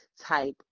type